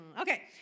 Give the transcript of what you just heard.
Okay